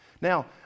Now